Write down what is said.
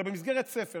אלא במסגרת ספר,